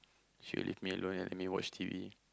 she will leave me alone and have me watch T_V